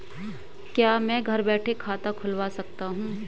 क्या मैं घर बैठे खाता खुलवा सकता हूँ?